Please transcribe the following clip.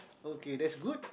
okay that's good